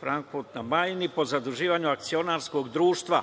Frankfurt na Majni po zaduživanju akcionarskog društva